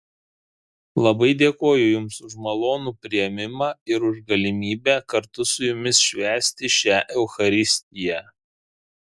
labai dėkoju jums už malonų priėmimą ir už galimybę kartu su jumis švęsti šią eucharistiją